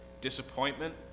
disappointment